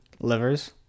Livers